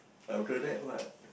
what